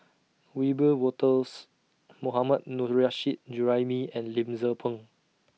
Wiebe Wolters Mohammad Nurrasyid Juraimi and Lim Tze Peng